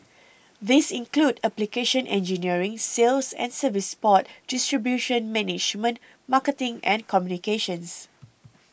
these include application engineering sales and service support distribution management marketing and communications